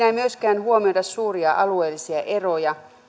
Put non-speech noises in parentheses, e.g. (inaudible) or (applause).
(unintelligible) ei myöskään huomioida suuria alueellisia eroja